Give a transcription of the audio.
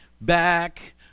back